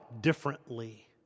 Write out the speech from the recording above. differently